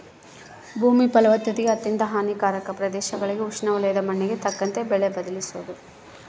ಭೂಮಿ ಫಲವತ್ತತೆಗೆ ಅತ್ಯಂತ ಹಾನಿಕಾರಕ ಪ್ರದೇಶಗುಳಾಗ ಉಷ್ಣವಲಯದ ಮಣ್ಣಿಗೆ ತಕ್ಕಂತೆ ಬೆಳೆ ಬದಲಿಸೋದು